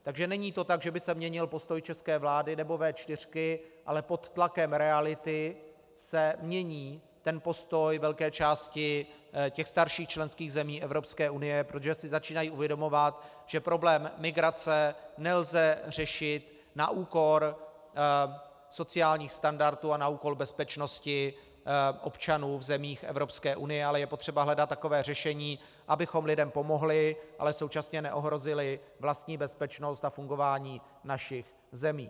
Takže není to tak, že by se měnil postoj české vlády nebo V4, ale pod tlakem reality se mění postoj velké části těch starších členských zemí Evropské unie, protože si začínají uvědomovat, že problém migrace nelze řešit na úkor sociálních standardů a na úkor bezpečnosti občanů v zemích Evropské unie, ale je potřeba hledat takové řešení, abychom lidem pomohli, ale současně neohrozili vlastní bezpečnost a fungování našich zemí.